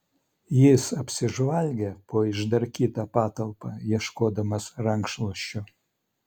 jis apsižvalgė po išdarkytą patalpą ieškodamas rankšluosčio